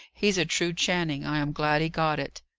he's a true channing. i am glad he got it.